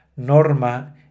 Norma